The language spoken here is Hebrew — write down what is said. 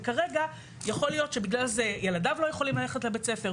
וכרגע יכול להיות שבגלל זה ילדיו לא יכולים ללכת לבית הספר,